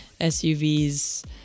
SUVs